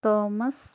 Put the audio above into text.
Thomas